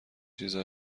چیزا